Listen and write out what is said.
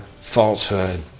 falsehood